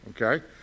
Okay